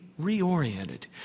reoriented